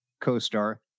co-star